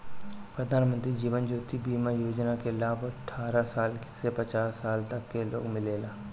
प्रधानमंत्री जीवन ज्योति बीमा योजना के लाभ अठारह साल से पचास साल तक के लोग के मिलेला